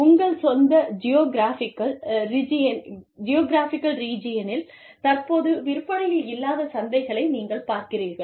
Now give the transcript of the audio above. உங்கள் சொந்த ஜியோகிராஃபிக்கள் ரிஜியனில் தற்போது விற்பனையில் இல்லாத சந்தைகளை நீங்கள் பார்க்கிறீர்கள்